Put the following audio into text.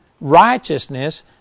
righteousness